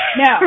No